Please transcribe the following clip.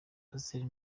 pasteur